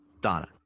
Donna